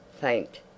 faint